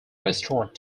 restored